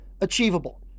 achievable